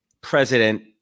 president